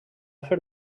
fer